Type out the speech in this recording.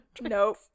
Nope